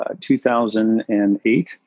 2008